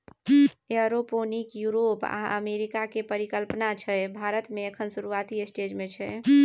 aeroponic Europe आ America केर परिकल्पना छै भारत मे एखन शुरूआती स्टेज मे छै